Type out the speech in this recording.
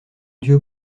dieu